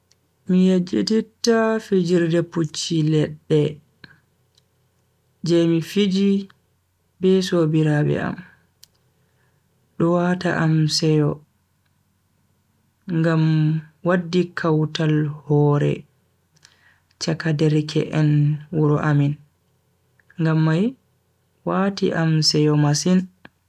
Mi yejjititta fijirde pucci ledde je mi fiji be sobiraabe am. do wata am seyo ngam waddi kautal hore chaka derke en wuro amin ngam mai wati am seyo masin.